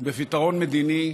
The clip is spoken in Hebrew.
בפתרון מדיני,